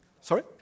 Sorry